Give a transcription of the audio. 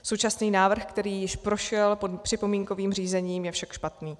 Současný návrh, který již prošel připomínkovým řízením, je však špatný.